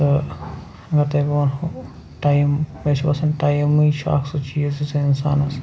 تہٕ اگر تۄہہِ بہٕ ونہو ٹایِم مےٚ چھُ باسان ٹایمٕے چھُ اکھ سُہ چیٖز یُس اِنسانس